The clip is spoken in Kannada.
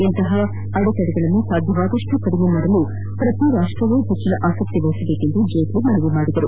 ಇಂತಹ ಅಡೆತಡೆಗಳನ್ನು ಸಾಧ್ಯವಾದಪ್ಟು ಕಡಿಮೆ ಮಾಡಲು ಪ್ರತಿ ರಾಷ್ಷವೂ ಹೆಚ್ಚಿನ ಆಸಕ್ತಿ ವಹಿಸಬೇಕೆಂದು ಜೇಟ್ಲ ಹೇಳಿದರು